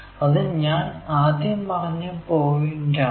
അത് ഞാൻ ആദ്യം പറഞ്ഞ പോയിന്റി ആണ്